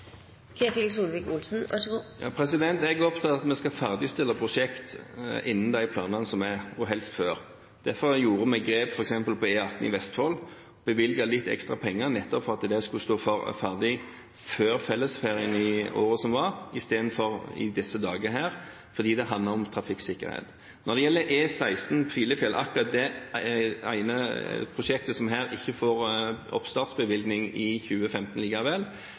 Jeg er opptatt av at vi skal ferdigstille prosjekt innen de planene som er, og helst før. Derfor gjorde vi grep, f.eks. på E18 i Vestfold, bevilget litt ekstra penger nettopp for at det skulle stå ferdig før fellesferien i året som var, istedenfor i disse dager, fordi det handler om trafikksikkerhet. Når det gjelder E16 Filefjell – akkurat det ene prosjektet som ikke får oppstartsbevilgning i 2015 likevel